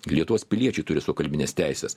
lietuvos piliečiai turi savo kalbines teises